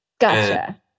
Gotcha